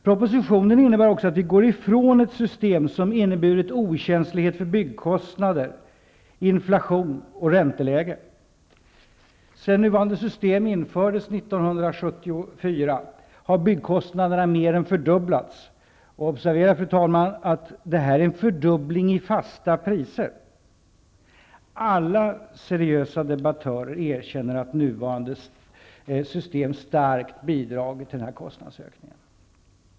Propositionen innebär också att vi går ifrån ett system som inneburit okänslighet för byggkostnader, inflation och ränteläge. Sedan nuvarande system infördes 1974 har byggkostnaderna mer än fördubblats. Observera, fru talman, att det är en fördubbling i fasta priser. Alla seriösa debattörer erkänner att nuvarande system starkt bidragit till denna kostnadsökning.